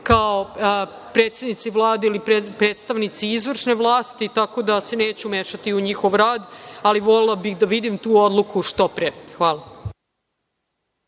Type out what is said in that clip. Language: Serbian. kao predsednici Vlade ili predstavnici izvršne vlasti, tako da se neću mešati u njihov rad, ali volela bih da vidim tu odluku što pre. Hvala.